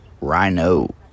Rhino